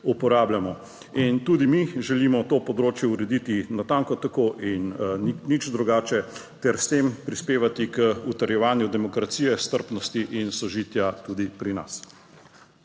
uporabljamo, in tudi mi želimo to področje urediti natanko tako in nič drugače ter s tem prispevati k utrjevanju demokracije, strpnosti in sožitja tudi pri nas.